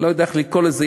אני לא יודע איך לקרוא לזה,